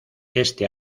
este